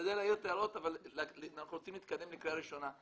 להשתדל להעיר את ההערות אבל אנחנו רוצים להתקדם לקריאה ראשונה.